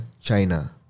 China